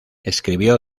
escribió